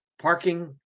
parking